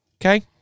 okay